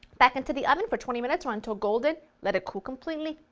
back into the oven for twenty minutes or until golden, let it cool completely,